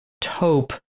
taupe